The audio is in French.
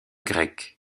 grecques